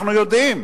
אנחנו יודעים,